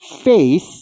faith